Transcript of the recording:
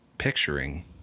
picturing